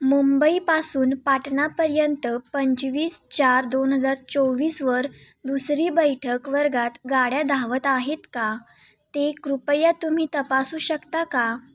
मुंबईपासून पाटणापर्यंत पंचवीस चार दोन हजार चोवीसवर दुसरी बैठक वर्गात गाड्या धावत आहेत का ते कृपया तुम्ही तपासू शकता का